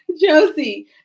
Josie